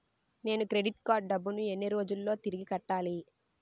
నేను credit card డబ్బును ఎన్ని రోజుల్లో తిరిగి కట్టాలి?